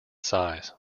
size